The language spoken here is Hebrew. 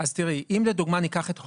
אז תראי, אם לדוגמא ניקח את הולנד,